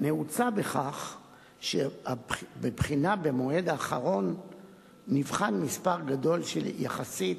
נעוצה בכך שבבחינה במועד האחרון נבחן מספר גדול יחסית,